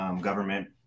government